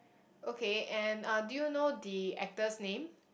okay and uh do you know the actor's name